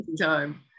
time